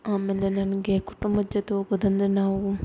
ಆಮೇಲೆ ನನಗೆ ಕುಟುಂಬದ ಜೊತೆ ಹೋಗೋದಂದ್ರೆ ನಾವು